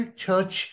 church